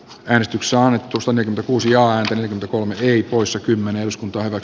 yhdistyksen hallitus on jo kuusi jaardia kun rii poissa kymmenen uskonto ovat